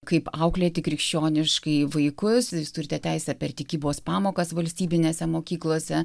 kaip auklėti krikščioniškai vaikus jūs turite teisę per tikybos pamokas valstybinėse mokyklose